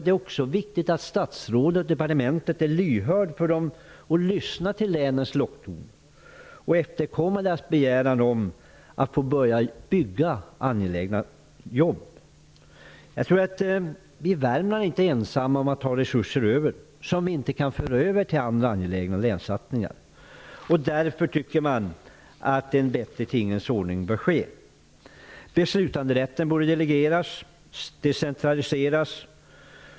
Det är också viktigt att statsrådet och departementet är lyhörda och lyssnar på vad länen har att säga och efterkommer deras begäran om att få påbörja angelägna verksamheter. Vi i Värmland är inte ensamma om att ha resurser över som inte går att föra över till andra angelägna länssatsningar. Därför anser man att en bättre tingens ordning bör införas. Beslutanderätten bör delegeras.